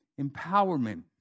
empowerment